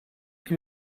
est